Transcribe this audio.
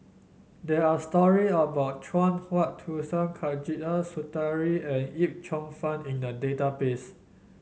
there are story about Chuang Hui Tsuan Khatijah Surattee and Yip Cheong Fun in the database